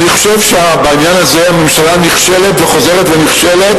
אני חושב שבעניין הזה הממשלה נכשלת וחוזרת ונכשלת